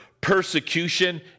persecution